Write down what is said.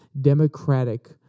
democratic